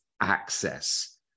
access